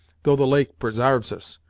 though the lake presarves us.